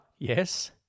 Yes